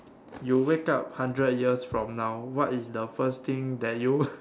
you wake up hundred years from now what is the first thing that you